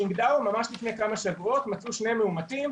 בצ'ינגדאו ממש לפני כמה שבועות מצאו שני מאומתים,